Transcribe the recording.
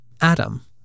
Adam